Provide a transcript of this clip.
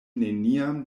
neniam